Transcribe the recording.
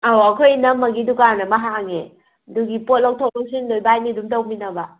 ꯑꯧ ꯑꯩꯈꯣꯏ ꯏꯅꯝꯃꯒꯤ ꯗꯨꯀꯥꯟ ꯑꯃ ꯍꯥꯡꯉꯦ ꯑꯗꯨꯒꯤ ꯄꯣꯠ ꯂꯧꯊꯣꯛ ꯂꯧꯁꯤꯟꯗꯣ ꯏꯕꯥꯟꯅꯤ ꯑꯗꯨꯝ ꯇꯧꯃꯤꯟꯅꯕ